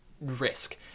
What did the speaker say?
risk